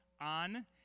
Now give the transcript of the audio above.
on